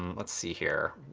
um let's see here.